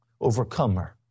overcomer